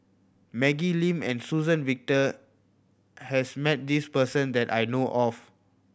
Maggie Lim and Suzann Victor has met this person that I know of